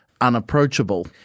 unapproachable